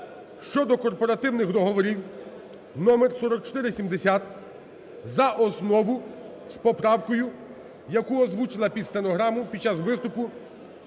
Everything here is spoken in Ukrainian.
щодо корпоративних договорів (номер 4470) за основу з поправкою, яку озвучила під стенограму, під час виступу,